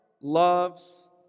loves